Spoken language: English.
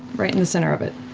right in the center of it.